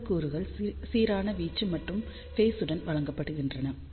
அந்த கூறுகள் சீரான வீச்சு மற்றும் ஃபேஸுடன் வழங்கப்படுகின்றன